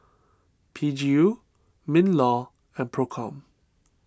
P G U MinLaw and Procom